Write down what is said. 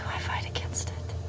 fight against